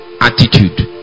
attitude